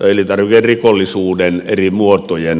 elintarvikerikollisuuden eri muotojen vaikuttaessa asioihin